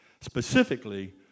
Specifically